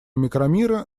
микромира